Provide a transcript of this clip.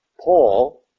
Paul